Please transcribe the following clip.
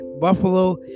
Buffalo